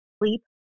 sleep